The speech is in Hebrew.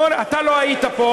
אתה לא היית פה,